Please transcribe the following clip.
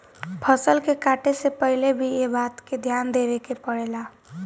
फसल के काटे से पहिले भी एह बात के ध्यान देवे के पड़ेला